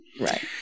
Right